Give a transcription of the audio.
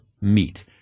meet